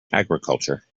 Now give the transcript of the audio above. agriculture